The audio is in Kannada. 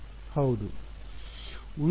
ವಿದ್ಯಾರ್ಥಿ ಹೌದು ಇದು